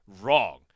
wrong